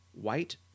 white